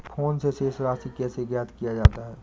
Phone से शेष राशि कैसे ज्ञात किया जाता है?